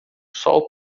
sol